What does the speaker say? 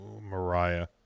Mariah